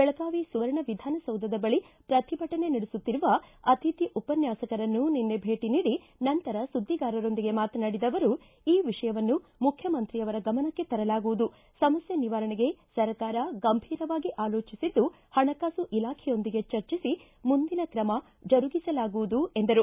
ಬೆಳಗಾವಿ ಸುವರ್ಣ ವಿಧಾನಸೌಧದ ಬಳಿ ಶ್ರತಿಭಟನೆ ನಡೆಸುತ್ತಿರುವ ಅತಿಥಿ ಉಪನ್ನಾಸಕರನ್ನು ನಿನ್ನೆ ಭೇಟ ನೀಡಿ ನಂತರ ಸುದ್ಗಿಗಾರರೊಂದಿಗೆ ಮಾತನಾಡಿದ ಅವರು ಈ ವಿಷಯವನ್ನು ಮುಖ್ಯಮಂತ್ರಿಯವರ ಗಮನಕ್ಕೆ ತರಲಾಗುವುದು ಸಮಸ್ನೆ ನಿವಾರಣೆಗೆ ಸರ್ಕಾರ ಗಂಭೀರವಾಗಿ ಆಲೋಚಿಸಿದ್ದು ಹಣಕಾಸು ಇಲಾಖೆಯೊಂದಿಗೆ ಚರ್ಚಿಸಿ ಮುಂದಿನ ಕ್ರಮ ಜರುಗಿಸಲಾಗುವುದು ಎಂದರು